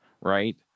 right